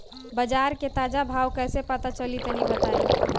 बाजार के ताजा भाव कैसे पता चली तनी बताई?